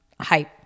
hype